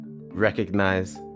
recognize